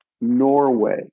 Norway